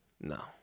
No